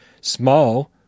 small